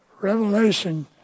Revelation